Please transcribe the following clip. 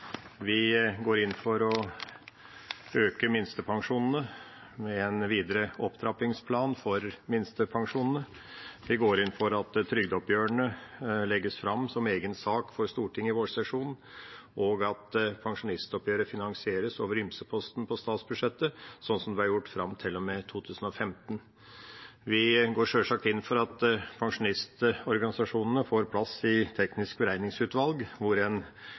Vi går inn for å øke minstepensjonene med en videre opptrappingsplan for minstepensjonene. Vi går inn for at trygdeoppgjørene legges fram som egen sak for Stortinget i vårsesjonen, og at pensjonistoppgjøret finansieres over ymse-posten på statsbudsjettet, slik vi har gjort fram til og med 2015. Vi går sjølsagt inn for at pensjonistorganisasjonene får plass i det tekniske beregningsutvalget, hvor en